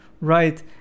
Right